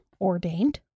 ordained